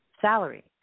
salary